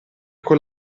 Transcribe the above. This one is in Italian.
con